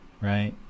right